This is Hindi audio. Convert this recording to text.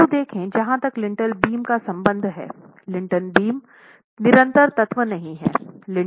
बिंदु देखें जहां तक लिंटल बीम का संबंध है लिंटल बीम निरंतर तत्व नहीं हैं